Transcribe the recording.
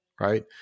right